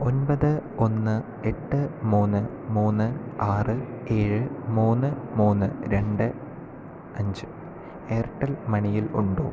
ഒൻപത് ഒന്ന് എട്ട് മൂന്ന് മൂന്ന് ആറ് ഏഴ് മൂന്ന് മൂന്ന് രണ്ട് അഞ്ച് എയർടെൽ മണിയിൽ ഉണ്ടോ